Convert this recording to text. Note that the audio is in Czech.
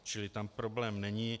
Čili tam problém není.